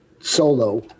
solo